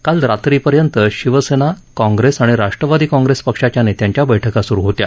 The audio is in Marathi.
काल रात्रीपर्यंत शिवसेना काँग्रेस आणि राष्ट्रवादी काँग्रेस पक्षाच्या नेत्यांच्या बैठका सुरु होत्या